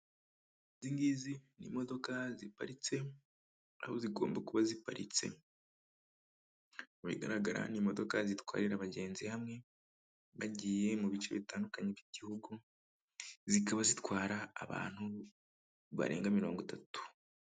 Izi ngizi ni imodoka ziparitse, aho zigomba kuba ziparitse, bigaragara ni imodoka zitwarira abagenzi hamwe, bagiye mu bice bitandukanye by'igihugu, zikaba zitwara abantu barenga mirongo itatu.